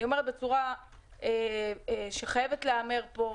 אני אומרת בצורה שחייבת להיאמר פה,